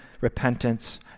repentance